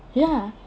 ya